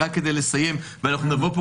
רק כדי לסיים אנחנו נבוא לפה,